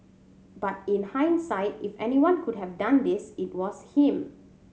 but in hindsight if anyone could have done this it was him